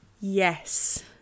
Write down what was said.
yes